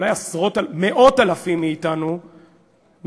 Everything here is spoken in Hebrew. אולי מאות אלפים מאתנו,